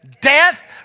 death